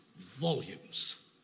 volumes